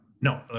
no